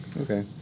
okay